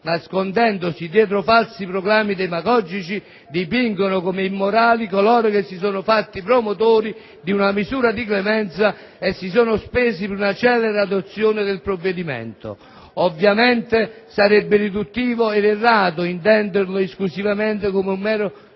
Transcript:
nascondendosi dietro falsi proclami demagogici, dipingano come immorali coloro che si sono fatti promotori di una misura di clemenza e si sono spesi in una celere adozione del provvedimento. Ovviamente sarebbe riduttivo ed errato intenderlo esclusivamente come un mero